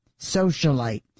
socialite